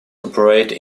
operate